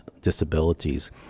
disabilities